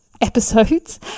episodes